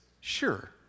sure